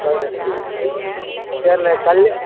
பதினெட்டு சரிணே கல்யா